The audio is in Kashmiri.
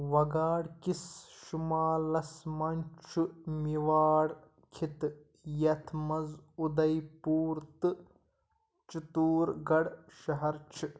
وۅگارڈ كِس شُمالس منٛز چھُ میٛواڈ خِطہٕ یتھ منٛز اُدھے پوٗر تہٕ چِتور گَڑھ شہر چھِ